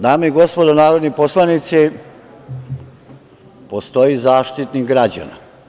Dame i gospodo narodni poslanici, postoji Zaštitnik građana.